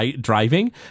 driving